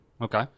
okay